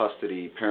custody